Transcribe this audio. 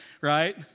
right